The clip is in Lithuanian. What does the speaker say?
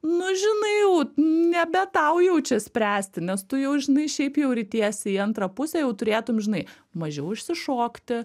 nu žinai jau nebe tau jau čia spręsti nes tu jau žinai šiaip jau ritiesi į antrą pusę jau turėtum žinai mažiau išsišokti